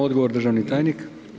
Odgovor državni tajnik.